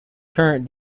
current